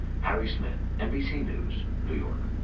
harry smith, nbc news, new york.